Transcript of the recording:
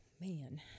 Man